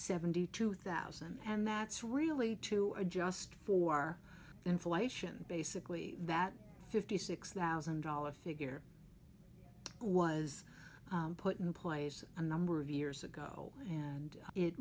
seventy two thousand and that's really to adjust for inflation basically that fifty six thousand dollars figure was put in place a number of years ago and it